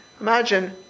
Imagine